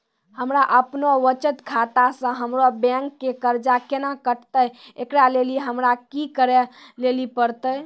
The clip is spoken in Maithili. हमरा आपनौ बचत खाता से हमरौ बैंक के कर्जा केना कटतै ऐकरा लेली हमरा कि करै लेली परतै?